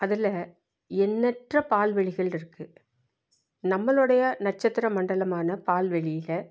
அதில் எண்ணற்ற பால்வெளிகள் இருக்குது நம்மளோடைய நட்சத்திர மண்டலமான பால்வெளியில்